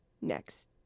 next